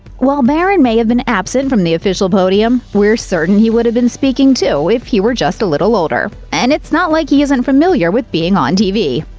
while barron may have been absent from the official podium, we're certain he would have been speaking, too, if he were just a little older. and, it's not like he isn't familiar with being on tv,